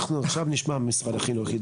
אנחנו עכשיו נשמע ממשרד החינוך.